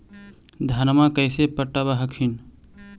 धन्मा कैसे पटब हखिन?